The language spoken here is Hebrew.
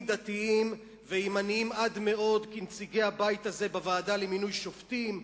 דתיים וימניים עד מאוד כנציגי הבית הזה בוועדה למינוי שופטים.